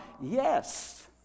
yes